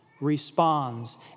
responds